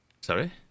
Sorry